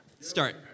start